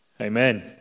amen